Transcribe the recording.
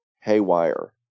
haywire